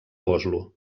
oslo